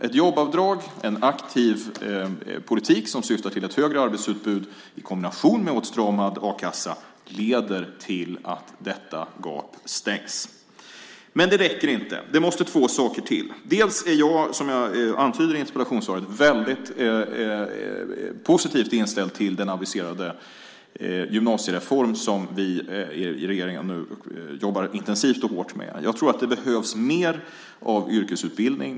Ett jobbavdrag och en aktiv politik som syftar till ett större arbetsutbud i kombination med åtstramad a-kassa leder till att detta gap stängs. Men det räcker inte. Det måste till ytterligare två saker. Som jag antyder i interpellationssvaret är jag positivt inställd till den aviserade gymnasiereform som vi i regeringen nu jobbar intensivt och hårt med. Jag tror att det behövs mer av yrkesutbildning.